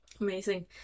Amazing